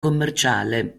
commerciale